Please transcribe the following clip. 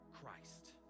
Christ